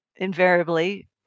invariably